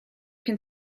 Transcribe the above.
can